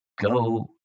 go